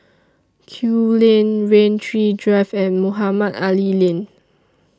Kew Lane Rain Tree Drive and Mohamed Ali Lane